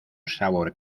sabor